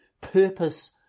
purpose